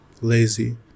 lazy